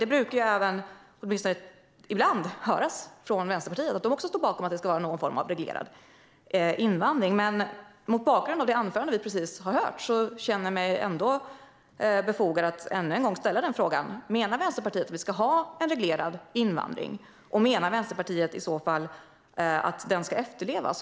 Det brukar, åtminstone ibland, höras från Vänsterpartiet att även de står bakom att det ska vara någon form av reglerad invandring. Men mot bakgrund av det anförande vi precis har hört känner jag att det är befogat att än en gång fråga om Vänsterpartiet menar att vi ska ha en reglerad invandring. Menar Vänsterpartiet i så fall att den ska efterlevas?